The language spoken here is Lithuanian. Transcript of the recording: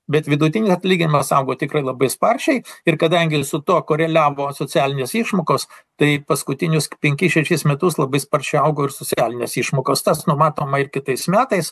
bet vidutinis atlyginimas augo tikrai labai sparčiai ir kadangi su tuo koreliavo socialinės išmokos tai paskutinius penkis šešis metus labai sparčiai augo ir socialinės išmokos tas numatoma ir kitais metais